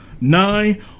Nine